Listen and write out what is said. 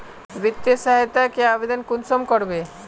वित्तीय सहायता के आवेदन कुंसम करबे?